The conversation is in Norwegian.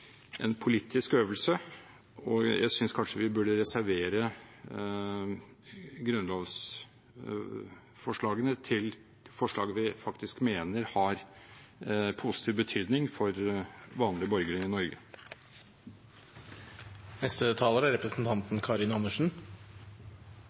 politisk øvelse. Jeg synes kanskje vi burde reservere grunnlovsforslagene til forslag vi faktisk mener har positiv betydning for vanlige borgere i Norge. Det representanten Tetzschner sier, er